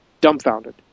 dumbfounded